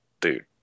dude